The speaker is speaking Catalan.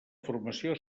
formació